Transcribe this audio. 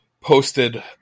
posted